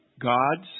God's